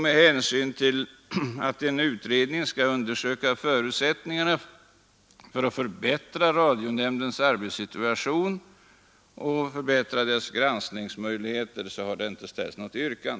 Med hänsyn till att en utredning skall undersöka förutsättningarna för att förbättra radionämndens arbetssituation och granskningsmöjligheter har något yrkande inte ställts.